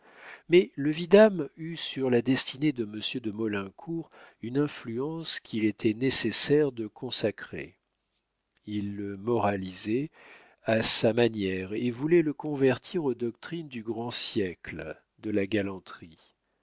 mais le vidame eut sur la destinée de monsieur de maulincour une influence qu'il était nécessaire de consacrer il le moralisait à sa manière et voulait le convertir aux doctrines du grand siècle de la galanterie